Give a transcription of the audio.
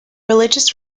religious